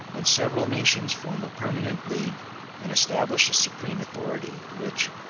when several nations form a permanent league and establish a supreme authority, which,